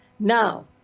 Now